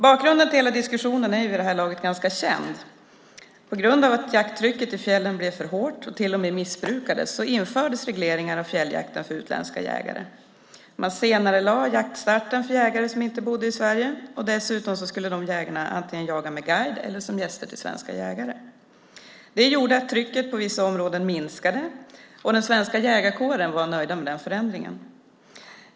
Bakgrunden till diskussionen är vid det här laget känd. På grund av att jakttrycket i fjällen blev för hårt och till och med missbrukades infördes regleringar av fjälljakten för utländska jägare. Man senarelade jaktstarten för jägare som inte bodde i Sverige, och dessutom skulle de jägarna jaga antingen med guide eller som gäster till svenska jägare. Det gjorde att trycket på vissa områden minskade, och den svenska jägarkåren var nöjd med den förändringen.